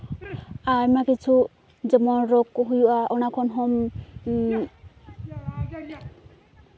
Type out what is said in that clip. ᱟᱭᱢᱟ ᱠᱤᱪᱷᱩ ᱡᱮᱢᱚᱱ ᱨᱳᱜᱽ ᱠᱚ ᱦᱩᱭᱩᱜᱼᱟ ᱚᱱᱟ ᱠᱷᱚᱱ ᱦᱚᱸ